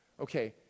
Okay